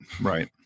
Right